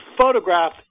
photograph